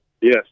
Yes